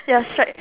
ya striped